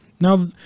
Now